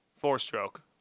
four-stroke